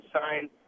sign